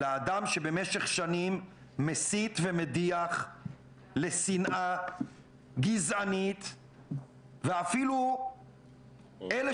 אלא אדם שבמשך שנים מסית ומדיח לשנאה גזענית ואפילו אלה